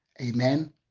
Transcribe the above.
Amen